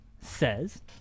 says